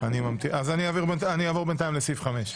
אנחנו עוברים לסעיף 6,